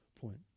point